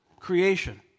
Creation